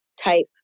type